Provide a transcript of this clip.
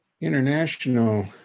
international